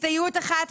הסתייגות אחת,